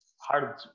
hard